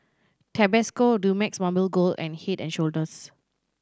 Tabasco Dumex Mamil Gold and Head and Shoulders